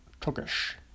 Turkish